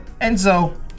Enzo